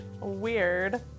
Weird